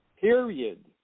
period